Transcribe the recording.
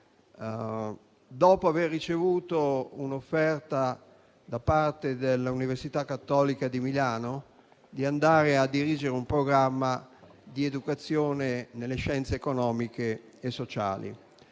dopo aver ricevuto l'offerta, da parte dell'Università Cattolica di Milano, di andare a dirigere un programma di educazione nelle scienze economiche e sociali.